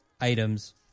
items